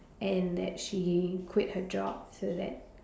and that she quit her job so that